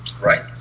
Right